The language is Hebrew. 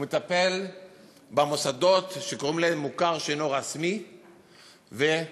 מטפל במוסדות שקוראים להם מוכר שאינו רשמי ופטור.